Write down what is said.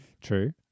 True